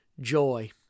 Joy